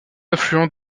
affluent